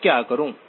मैं क्या करूं